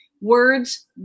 words